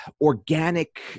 organic